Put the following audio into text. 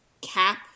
cap